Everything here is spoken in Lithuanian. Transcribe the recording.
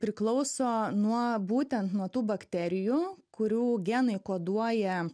priklauso nuo būtent nuo tų bakterijų kurių genai koduoja